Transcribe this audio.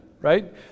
right